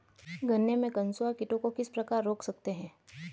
गन्ने में कंसुआ कीटों को किस प्रकार रोक सकते हैं?